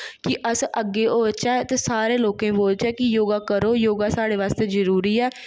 कि अस अग्गें ओचै ते सारें लोकें गी बोलचे कि योगा करो योगा साढ़े आस्तै जरुरी ऐ